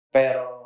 pero